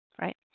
right